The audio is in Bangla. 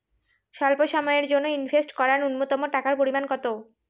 স্বল্প সময়ের জন্য ইনভেস্ট করার নূন্যতম টাকার পরিমাণ কত?